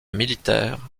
militaires